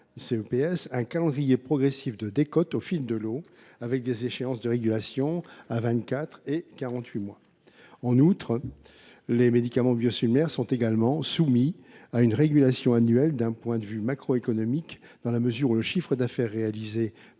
un calendrier progressif de décote « au fil de l’eau », avec des échéances de régulation à vingt quatre et quarante huit mois. En outre, les médicaments biosimilaires sont également soumis à une régulation annuelle d’un point de vue macroéconomique, dans la mesure où le chiffre d’affaires réalisé